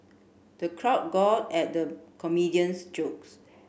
the crowd at the comedian's jokes